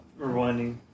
rewinding